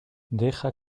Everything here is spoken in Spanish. deja